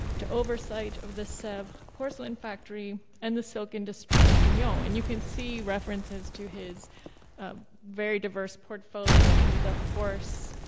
to oversight of the sevres porcelain factory and the silk industry in lyon. like ah and you can see references to his very diverse portfolio in the horse,